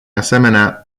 asemenea